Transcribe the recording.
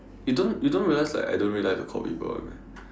you don't you don't realize like I don't really like to call people [one] meh